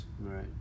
Right